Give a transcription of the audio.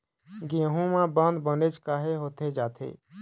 गेहूं म बंद बनेच काहे होथे जाथे?